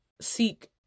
seek